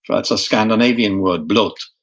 that's a scandinavian word, blot,